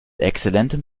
exzellentem